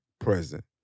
present